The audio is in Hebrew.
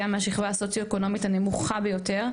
מהשכבה הסוציואקונומית הנמוכה ביותר.